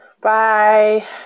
Bye